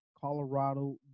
Colorado